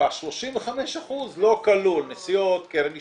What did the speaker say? ב-35% לא כלול נסיעות, קרן השתלמות,